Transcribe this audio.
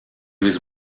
was